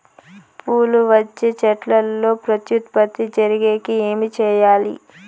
పూలు వచ్చే చెట్లల్లో ప్రత్యుత్పత్తి జరిగేకి ఏమి చేయాలి?